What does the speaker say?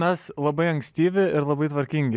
mes labai ankstyvi ir labai tvarkingi